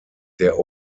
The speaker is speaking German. der